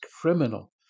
criminal